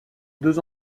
deux